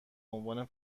عنوان